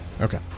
Okay